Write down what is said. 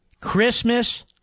Christmas